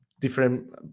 different